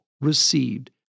received